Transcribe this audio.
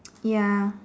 ya